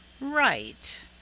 right